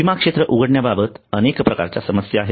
विमा क्षेत्र उघडण्याबाबत अनेक प्रकारच्या समस्या आहेत